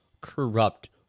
corrupt